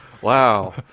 Wow